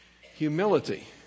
Humility